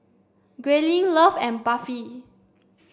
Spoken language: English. Grayling Love and Buffy